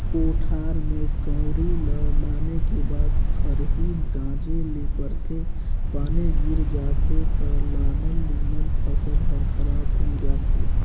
कोठार में कंवरी ल लाने के बाद खरही गांजे ले परथे, पानी गिर जाथे त लानल लुनल फसल हर खराब हो जाथे